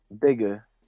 bigger